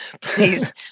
please